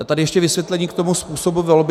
Tady ještě vysvětlení k tomu způsobu volby.